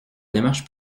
démarche